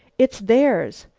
it's theirs.